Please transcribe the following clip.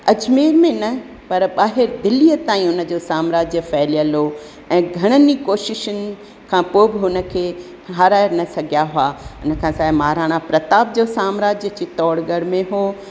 अजमेर में न पर ॿाहिरि दिल्लीअ ताईं उन जो साम्राज्य फहिलियल हुओ ऐं घणनि ई कोशिशुनि खां पोइ बि हुन खे हाराए न सघिया हुआ इन खां सवाइ महाराणा प्रताप जो साम्राज्य चितौरगढ़ में हुओ